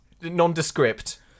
nondescript